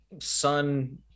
Sun